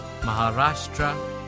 Maharashtra